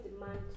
demand